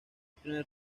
primer